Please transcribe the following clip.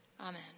Amen